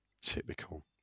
Typical